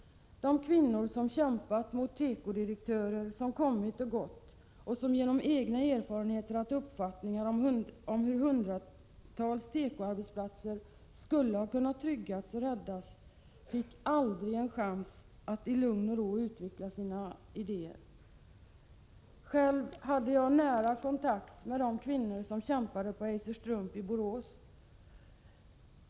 De kvinnor som kämpade mot tekodirektörer, vilka kommit och gått och genom sina erfarenheter haft egna uppfattningar om hur hundratals tekoarbetsplatser skulle kunna tryggas och räddas, fick aldrig en chans att i lugn och ro utveckla sina idéer. Själv hade jag nära kontakt med de kvinnor som kämpade för Eiser Strump i Borås.